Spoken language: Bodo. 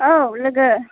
औ लोगो